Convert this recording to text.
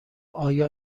آیا